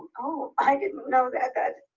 oh, i didn't know that that